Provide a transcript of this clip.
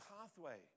pathway